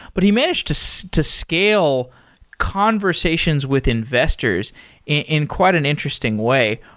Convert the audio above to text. but he managed to so to scale conversations within investors in quite an interesting way.